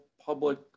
public